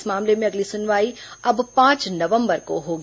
इस मामले में अगली सुनवाई अब पांच नवंबर को होगी